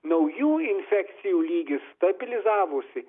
naujų infekcijų lygis stabilizavosi